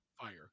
fire